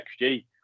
XG